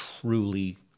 truly